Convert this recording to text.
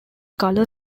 colour